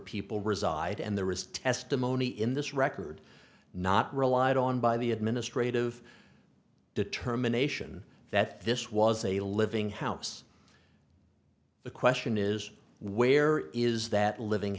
people reside and there is testimony in this record not relied on by the administrative determination that this was a living house the question is where is that living